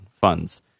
funds